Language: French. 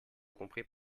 compris